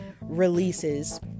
releases